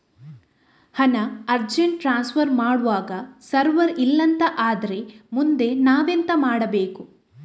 ಹಣ urgent transfer ಮಾಡ್ವಾಗ server ಇಲ್ಲಾಂತ ಆದ್ರೆ ಮುಂದೆ ನಾವೆಂತ ಮಾಡ್ಬೇಕು?